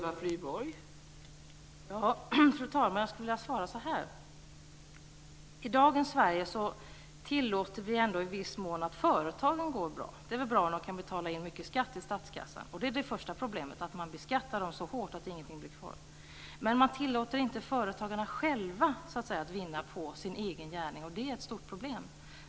Fru talman! Jag skulle vilja svara så här: I dagens Sverige tillåter vi i viss mån att företagen går bra. Det anses bra att de betalar in mycket skatt till statskassan. Det första problemet är att man beskattar dem så hårt att ingenting blir kvar. Man tillåter inte heller företagarna att själva vinna på sin egen gärning. Det är ett stort problem.